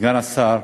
סגן השר,